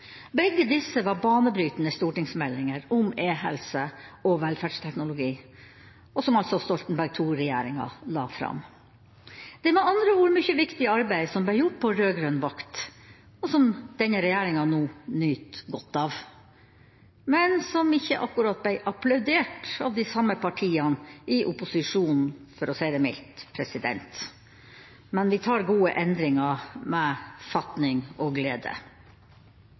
Begge disse var banebrytende stortingsmeldinger om e-helse og velferdsteknologi, som altså Stoltenberg II-regjeringa la fram. Det er med andre ord mye viktig arbeid som ble gjort på rød-grønn vakt, og som denne regjeringa nå nyter godt av – men som ikke akkurat ble applaudert av de samme partiene i opposisjon, for å si det mildt. Men vi tar de gode endringene med fatning og glede.